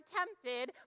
tempted